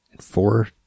Four